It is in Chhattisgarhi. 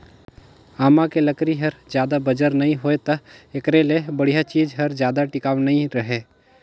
आमा के लकरी हर जादा बंजर नइ होय त एखरे ले बड़िहा चीज हर जादा टिकाऊ नइ रहें